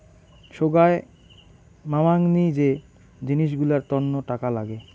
সোগায় মামাংনী যে জিনিস গুলার তন্ন টাকা লাগে